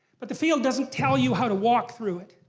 but the field doesn't tell you how to walk through it.